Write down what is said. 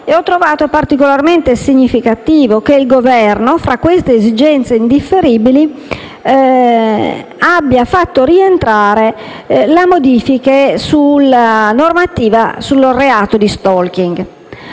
E ho trovato particolarmente significativo che il Governo, fra le esigenze indifferibili, abbia fatto rientrare le modifiche alla normativa sul reato di *stalking*.